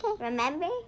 Remember